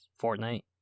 Fortnite